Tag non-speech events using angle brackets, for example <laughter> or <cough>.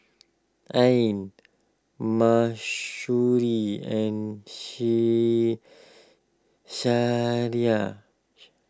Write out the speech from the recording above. Ain Mahsuri and <unintelligible>